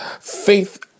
faith